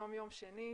היום יום שני,